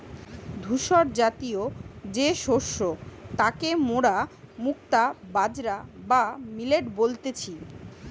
ধূসরজাতীয় যে শস্য তাকে মোরা মুক্তা বাজরা বা মিলেট বলতেছি